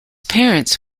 parents